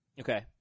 Okay